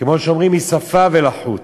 כמו שאומרים: משפה ולחוץ.